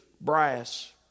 brass